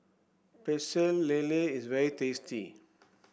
Pecel Lele is very tasty